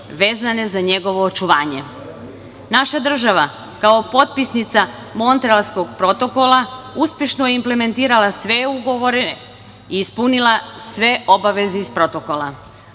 vezane za njegovo očuvanje. Naša država kao potpisnica Montrealskog protokola uspešno je implementirala sve ugovore i ispunila sve obaveze iz protokola.U